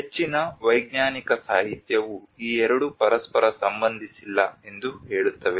ಹೆಚ್ಚಿನ ವೈಜ್ಞಾನಿಕ ಸಾಹಿತ್ಯವು ಈ ಎರಡು ಪರಸ್ಪರ ಸಂಬಂಧಿಸಿಲ್ಲ ಎಂದು ಹೇಳುತ್ತವೆ